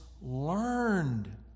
learned